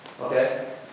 Okay